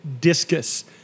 discus